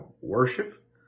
worship